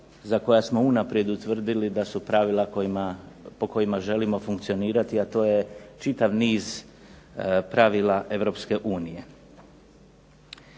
za koja smo unaprijed utvrdili da su pravila po kojima želimo funkcionirati a to je čitav niz pravila EU.